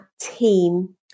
team